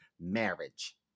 marriage